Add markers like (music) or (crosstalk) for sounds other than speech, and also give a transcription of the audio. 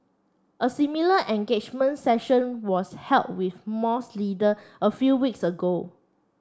a similar engagement session was held with (unintelligible) leaders a few weeks ago